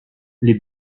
les